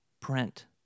print